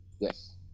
yes